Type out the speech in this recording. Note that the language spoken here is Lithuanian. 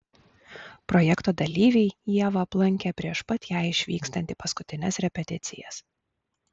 projekto dalyviai ievą aplankė prieš pat jai išvykstant į paskutines repeticijas